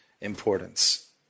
importance